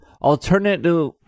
Alternative